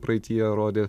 praeityje rodė